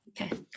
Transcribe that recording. Okay